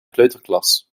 kleuterklas